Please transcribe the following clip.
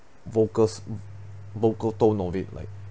vocals vocal tone of it like